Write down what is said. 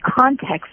context